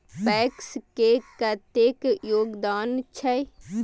PACS के कतेक योगदान छै?